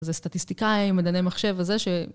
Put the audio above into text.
זה סטטיסטיקאים, מדעני מחשב וזה ש...